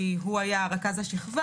כי הוא היה רכז השכבה